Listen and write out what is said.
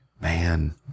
Man